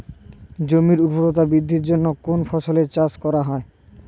জমির উর্বরতা বৃদ্ধির জন্য কোন ফসলের চাষ করা হয়?